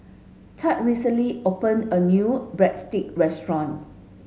Tad recently opened a new Breadstick restaurant